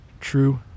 true